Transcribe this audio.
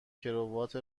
کراوات